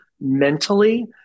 mentally